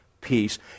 peace